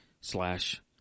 slash